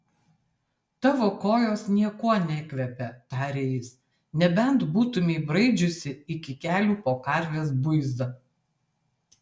tavo kojos niekuo nekvepia tarė jis nebent būtumei braidžiusi iki kelių po karvės buizą